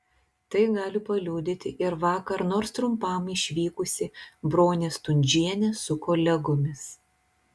tai gali paliudyti ir vakar nors trumpam išvykusi bronė stundžienė su kolegomis